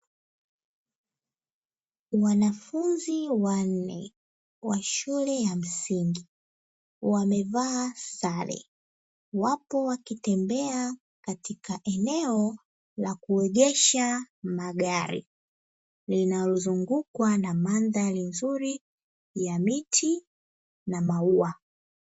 Wanafunzi wanne wa shule ya msingi wakiwa wamevaa sare wapo wakitembea katika eneo la kuegesha magari, linalozunguukwa na mandhari nzuri ya miti na maua.